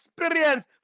experience